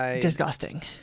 Disgusting